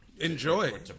Enjoy